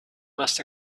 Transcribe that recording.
must